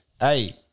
Hey